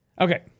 Okay